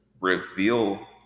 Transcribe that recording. Reveal